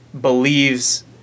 believes